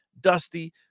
Dusty